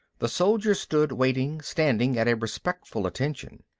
the soldiers stood waiting, standing at a respectful attention.